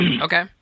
Okay